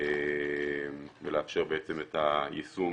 ולאפשר את היישום